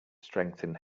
strengthen